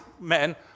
men